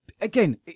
again